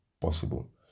possible